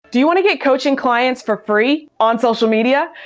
do you want to get coaching clients for free on social media?